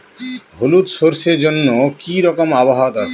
হলুদ সরষে জন্য কি রকম আবহাওয়ার দরকার?